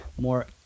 more